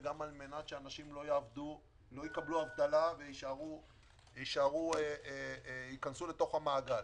וגם כדי שאנשים לא יקבלו אבטלה וייכנסו למעגל.